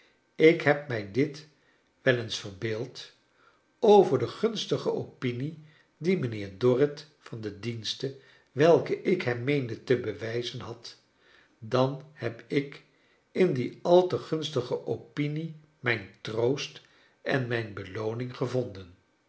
ik heb mfj dit wel eens verbeeld over de gunstige opinie die mijnheer dorrit van de diensten welke ik hem meende te bewijzen had dan heb ik in die al te gunstige opinie mijn troost en mijn belooning gevonden